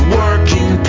working